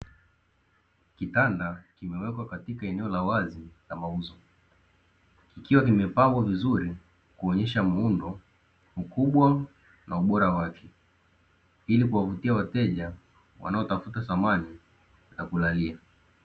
Kitanda kimewekwa katika eneo la wazi la mauzo, kikiwa kimepangwa vizuri kuonyesha muundo, mkubwa na ubora wake ili kuwavutia wateja wanaotafuta samani za kulalia.